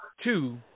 two